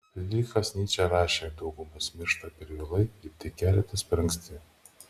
frydrichas nyčė rašė kad dauguma miršta per vėlai ir tik keletas per anksti